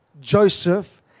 Joseph